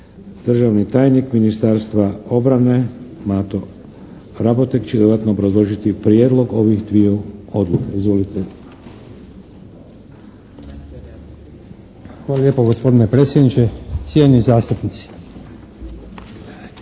Državni tajnik ministarstva obrane Mato Raboteg će dodatno obrazložiti prijedlog ovih dviju odluka. Izvolite. **Raboteg, Mate** Hvala lijepo gospodine predsjedniče. Cijenjeni zastupnici,